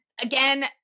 again